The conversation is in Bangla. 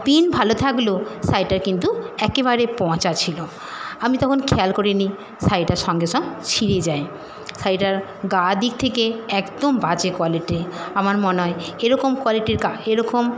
প্রিন্ট ভালো থাকলেও শাড়িটা কিন্তু একেবারে পচা ছিলো আমি তখন খেয়াল করিনি শাড়িটা সঙ্গে সঙ্গ ছিঁড়ে যায় শাড়িটার গা দিক থেকে একদম বাজে কোয়ালিটি আমার মনে হয় এরকম কোয়ালিটির এরকম